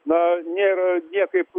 na nėra niekaip